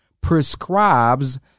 prescribes